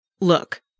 Look